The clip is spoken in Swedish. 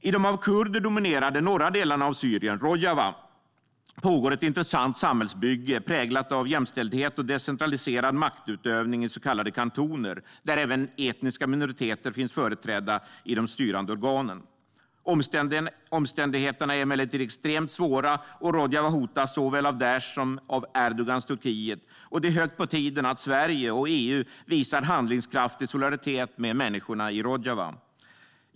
I de av kurder dominerade norra delarna av Syrien, Rojava, pågår ett intressant samhällsbygge präglat av jämställdhet och decentraliserad maktutövning i så kallade kantoner, där även etniska minoriteter finns företrädda i de styrande organen. Omständigheterna är emellertid extremt svåra, och Rojava hotas såväl av Daish som av Erdogans Turkiet, och det är på tiden att Sverige och EU visar handlingskraftig solidaritet med människorna i Rojava.